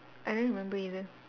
I don't remember either